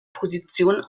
position